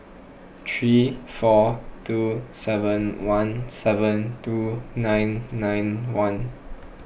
three four two seven one seven two nine nine one